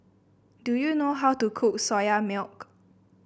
do you know how to cook Soya Milk